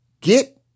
Get